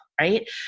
right